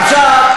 איפה שמעת אותי?